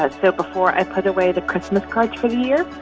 ah so before i put away the christmas cards for the year,